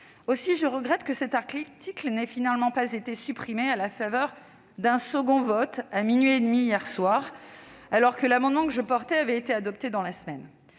Aussi, je regrette que cet article n'ait finalement pas été supprimé à la faveur d'un second vote, à minuit et demi, hier soir, alors que l'amendement que je portais avait été adopté dans la semaine.